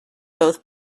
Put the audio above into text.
both